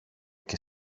και